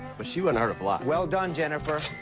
but she wouldn't hurt a fly. well done, jennifer.